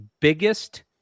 biggest